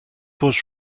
was